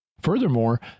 Furthermore